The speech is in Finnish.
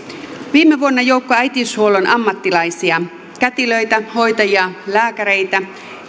viime vuonna joukko äitiyshuollon ammattilaisia kätilöitä hoitajia lääkäreitä